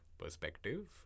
Perspective